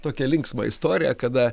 tokią linksmą istoriją kada